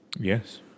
Yes